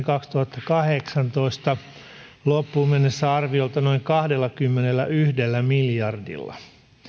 kaksituhattakahdeksantoista loppuun mennessä arviolta noin kahdellakymmenelläyhdellä miljardilla